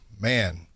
man